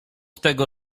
tego